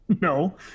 no